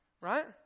Right